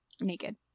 naked